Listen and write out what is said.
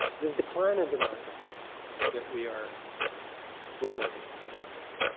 this decline in democracy that we are witnessing in the balkans,